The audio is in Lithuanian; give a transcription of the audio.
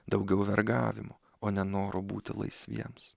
daugiau vergavimo o ne noro būti laisviems